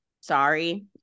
sorry